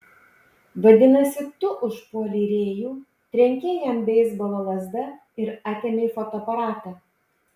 vadinasi tu užpuolei rėjų trenkei jam beisbolo lazda ir atėmei fotoaparatą